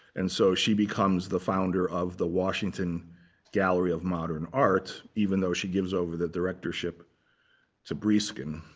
and so she becomes the founder of the washington gallery of modern art, even though she gives over the directorship to breeskin.